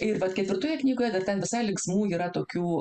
ir vat ketvirtoje knygoje dar ten visai linksmų yra tokių